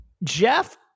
Jeff